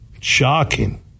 Shocking